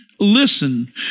Listen